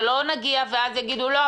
שלא נגיע ואז יגידו: לא,